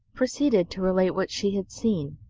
proceeded to relate what she had seen.